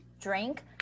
drink